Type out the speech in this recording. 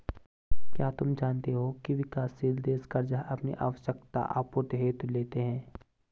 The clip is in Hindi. क्या तुम जानते हो की विकासशील देश कर्ज़ अपनी आवश्यकता आपूर्ति हेतु लेते हैं?